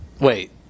Wait